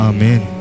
Amen